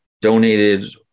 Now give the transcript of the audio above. donated